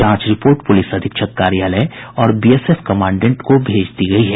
जांच report police अधीक्षक कार्यालय और बीएसएफ कमांडेंट को भेज दी गयी है